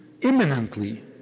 imminently